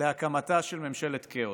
להקמתה של ממשלת כאוס.